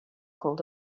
called